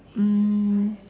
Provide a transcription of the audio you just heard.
um